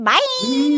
Bye